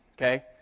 okay